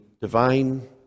divine